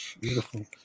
Beautiful